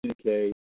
communicate